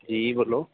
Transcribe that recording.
जी बोलो